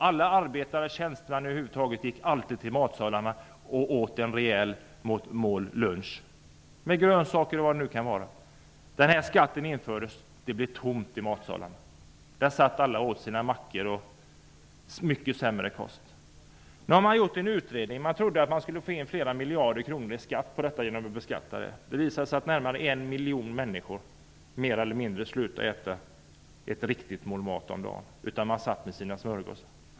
Alla arbetare och tjänstemän gick till matsalarna och åt ett rejält mål lunch med grönsaker. Skatten infördes, och det blev tomt i matsalen. Alla började äta mackor och mycket sämre kost. Nu har det gjorts en utredning. Man trodde att man skulle få in flera miljarder kronor i skatt genom att beskatta förmånen. Det visade sig att närmare 1 miljon människor mer eller mindre slutade äta ett riktigt mål mat om dagen. De åt sina smörgåsar.